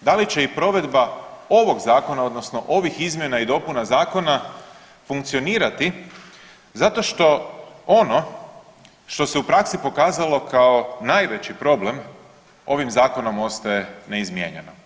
da li će i provedba ovog zakona odnosno ovih izmjena i dopuna zakona funkcionirati zato što ono što se u praksi pokazalo kao najveći problem ovim zakonom ostaje neizmijenjeno.